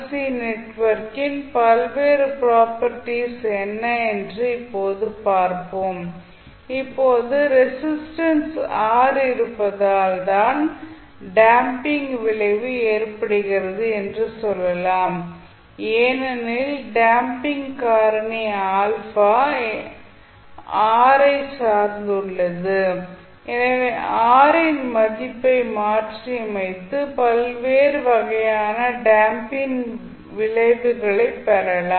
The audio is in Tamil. சி நெட்வொர்க்கின் பல்வேறு ப்ராபர்ட்டிஸ் என்ன என்று இப்போது பார்ப்போம் இப்போது ரெசிஸ்டன்ஸ் ஆர் இருப்பதால் தான் டேம்ப்பிங் விளைவு ஏற்படுகிறது என்று சொல்லலாம் ஏனெனில் டேம்ப்பிங் காரணி α எதிர்ப்பு ஆர் ஐச் சார்ந்துள்ளது எனவே ஆர் இன் மதிப்பை மாற்றியமைத்து பல்வேறு வகையான டேம்ப்பிங் விளைவுகளை பெறலாம்